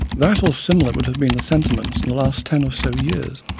that or similar would have been the sentiments in the last ten or so years,